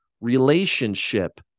relationship